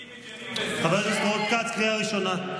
טיל מג'נין, חבר הכנסת רון כץ, קריאה ראשונה.